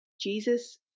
Jesus